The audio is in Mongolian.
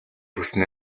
хүснэ